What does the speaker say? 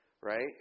right